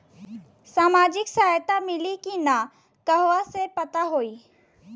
सामाजिक सहायता मिली कि ना कहवा से पता होयी?